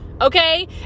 Okay